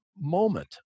moment